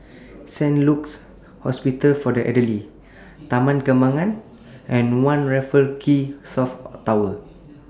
Saint Luke's Hospital For The Elderly Taman Kembangan and one Raffles Quay South Tower